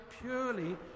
purely